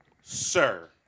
Sir